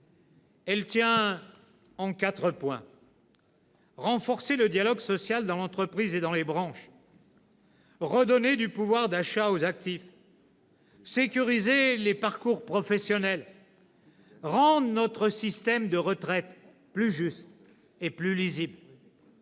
Elle tient en quatre points : renforcer le dialogue social dans l'entreprise et dans les branches ; redonner du pouvoir d'achat aux actifs ; sécuriser les parcours professionnels ; rendre notre système de retraite plus juste et plus lisible.